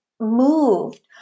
moved